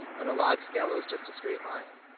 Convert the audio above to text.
on a log scale, it was just a straight line.